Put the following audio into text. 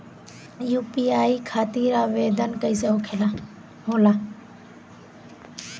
UPI खातिर आवेदन कैसे होला?